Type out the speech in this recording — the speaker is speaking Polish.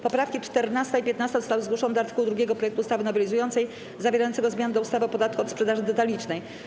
Poprawki 14. i 15. zostały zgłoszone do art. 2 projektu ustawy nowelizującej, zawierającego zmiany do ustawy o podatku od sprzedaży detalicznej.